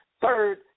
third